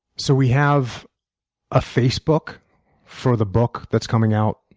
so we have a facebook for the book that's coming out,